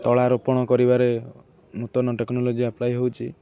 ତଳାରୋପଣ କରିବାରେ ନୂତନ technology apply ହେଉଛି